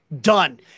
done